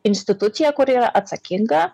instituciją kuri yra atsakinga